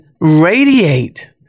radiate